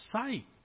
sight